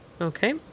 Okay